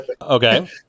Okay